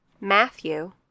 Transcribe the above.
Matthew